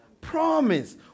promise